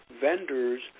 vendors